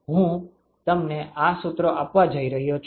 હું તમને આ સુત્રો આપવા જઈ રહ્યો છું